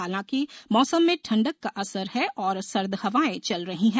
हालांकि मौसम में ठंडक का असर है और सर्द हवाएं चल रही है